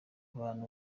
abantu